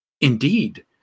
Indeed